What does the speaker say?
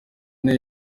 ine